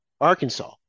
Arkansas